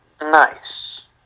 nice